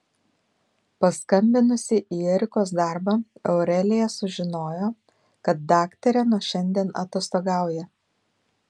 paskambinusi į erikos darbą aurelija sužinojo kad daktarė nuo šiandien atostogauja